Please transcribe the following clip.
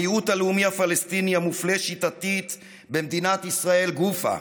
המיעוט הפלסטיני המופלה שיטתית במדינת ישראל גופא,